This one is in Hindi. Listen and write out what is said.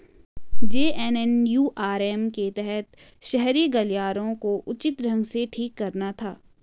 जे.एन.एन.यू.आर.एम के तहत शहरी गलियारों को उचित ढंग से ठीक कराना था